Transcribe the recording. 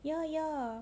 ya ya